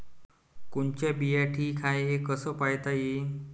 कोनचा बिमा ठीक हाय, हे कस पायता येईन?